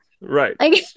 Right